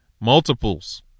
multiples